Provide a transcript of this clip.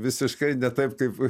visiškai ne taip kaip